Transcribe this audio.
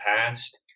past